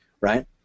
right